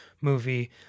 movie